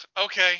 okay